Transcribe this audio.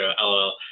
LOL